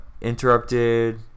interrupted